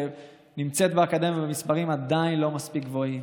שנמצאת באקדמיה במספרים שהם עדיין לא מספיק גבוהים,